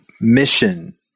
mission